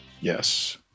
Yes